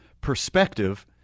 perspective